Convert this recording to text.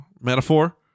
metaphor